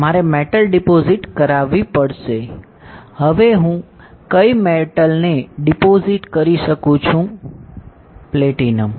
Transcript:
મારે metal deposit કરાવવી પડશે હવે હું કઈ મેટલને ડિપોજિટ કરી શકું છું પ્લેટિનમ